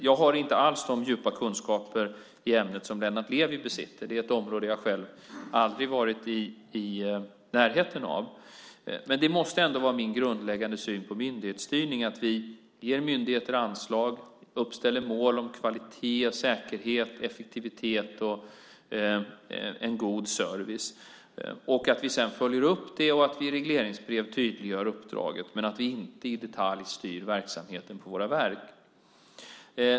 Jag har inte alls de djupa kunskaper i ämnet som Lennart Levi besitter. Det är ett område som jag själv aldrig har varit i närheten av. Men det måste ändå vara min grundläggande syn på myndighetsstyrning att vi ger myndigheter anslag, uppställer mål om kvalitet, säkerhet, effektivitet och en god service, att vi sedan följer upp det och att vi i regleringsbrev tydliggör uppdraget men att vi inte i detalj styr verksamheten på våra verk.